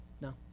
No